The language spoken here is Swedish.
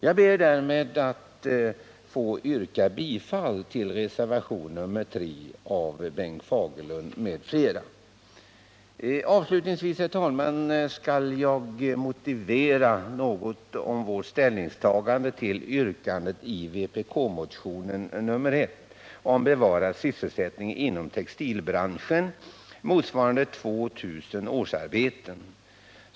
Jag ber därmed att få yrka bifall till reservationen 3 av Bengt Fagerlund m.fl. Avslutningsvis skall jag med några ord motivera vårt ställningstagande till yrkandet i vpk-motionen 1 om bevarad sysselsättning inom textilbranschen motsvarande 2 000 årsarbeten.